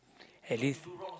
at least